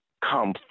come